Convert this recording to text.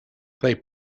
they